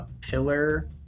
pillar